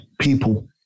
People